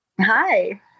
Hi